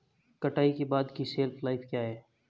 कटाई के बाद की शेल्फ लाइफ क्या है?